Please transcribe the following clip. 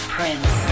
Prince